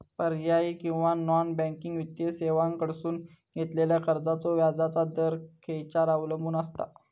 पर्यायी किंवा non banking वित्तीय सेवांकडसून घेतलेल्या कर्जाचो व्याजाचा दर खेच्यार अवलंबून आसता?